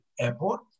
Airport